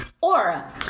aura